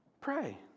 Pray